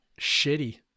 Shitty